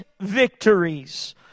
victories